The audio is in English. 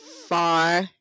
FAR